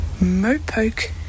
mopoke